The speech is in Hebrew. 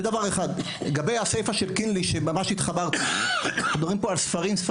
לגבי דבריו של קינלי, אנחנו מדברים פה על הספרים.